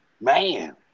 man